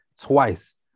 twice